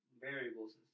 variables